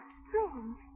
strange